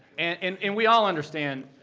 and and and we all understand,